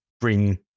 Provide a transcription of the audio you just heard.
bring